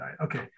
Okay